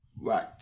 right